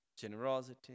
generosity